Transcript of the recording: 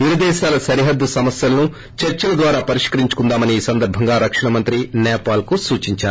ఇరు దేశాల సరిహద్దు సమస్యను చర్చల ద్వారా పరిష్కరించుకుందామని ఈ సందర్భంగా రక్షణ మంత్రి నేపాల్కు సూచించారు